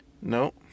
No